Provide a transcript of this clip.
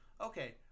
Okay